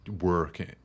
work